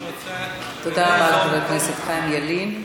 תודה רבה לחבר הכנסת חיים ילין.